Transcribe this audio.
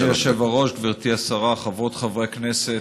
אדוני היושב-ראש, גברתי השרה, חברות וחברי הכנסת,